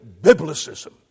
biblicism